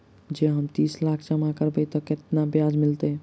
जँ हम तीस लाख जमा करबै तऽ केतना ब्याज मिलतै?